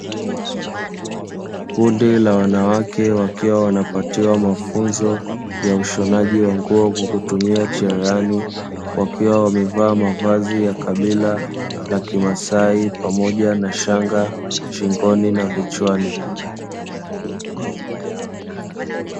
Kundi la wanawake wakiwa wanapatiwa mafunzo ya ushonaji wa nguo kwa kutumia cherehani, wakiwa wamevaa mavazi ya kabila la kimasai pamoja na shanga ,shingoni na vichwani.